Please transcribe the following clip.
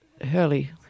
Hurley